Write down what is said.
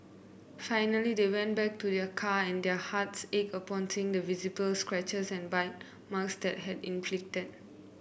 finally they went back to their car and their hearts ached upon seeing the visible scratches and bite marks that had been inflicted